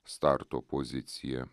starto pozicija